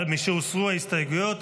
משהוסרו ההסתייגויות,